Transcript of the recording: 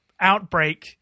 outbreak